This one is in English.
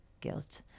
guilt